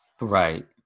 Right